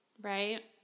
Right